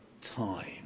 time